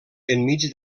enmig